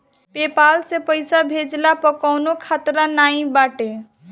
PayPal से पईसा भेजला पअ कवनो खतरा नाइ बाटे